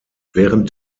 während